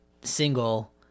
single